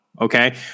Okay